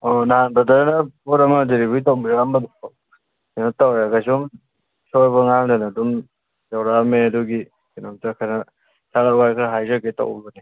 ꯑꯣ ꯅꯍꯥꯟ ꯕ꯭ꯔꯗꯔꯅ ꯄꯣꯠ ꯑꯃ ꯗꯦꯂꯤꯕꯔꯤ ꯇꯧꯕꯤꯔꯛꯑꯝꯕꯗꯣ ꯀꯩꯅꯣ ꯇꯧꯋꯦ ꯀꯩꯁꯨꯝ ꯁꯣꯏꯕ ꯉꯥꯝꯗꯅ ꯑꯗꯨꯝ ꯌꯧꯔꯛꯑꯝꯃꯦ ꯑꯗꯨꯒꯤ ꯀꯩꯅꯣꯝꯇ ꯈꯔ ꯊꯥꯒꯠ ꯋꯥꯍꯩ ꯈꯔ ꯍꯥꯏꯖꯒꯦ ꯇꯧꯕꯅꯦ